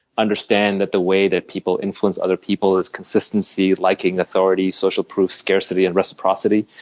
understand that the way that people influence other people is consistency, liking authority, social proofs, scarcity and reciprocity.